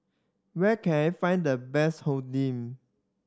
where can I find the best Oden